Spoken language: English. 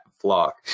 flock